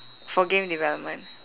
for game development